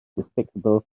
despicable